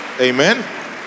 Amen